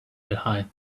behind